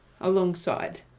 alongside